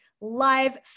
live